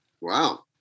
Wow